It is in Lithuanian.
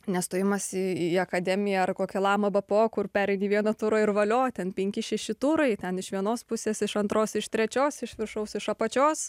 ne stojimas į akademiją ar į kokį lama bpo kur pereini vieną turą ir valio ten penki šeši turai ten iš vienos pusės iš antros iš trečios iš viršaus iš apačios